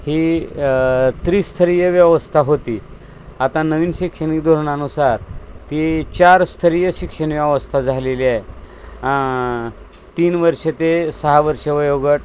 ही त्रीस्तरीय व्यवस्था होती आता नवीन शैक्षणिक धोरणानुसार ती चार स्तरीय शिक्षणव्यवस्था झालेली आहे तीन वर्ष ते सहा वर्ष वयोगट